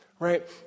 Right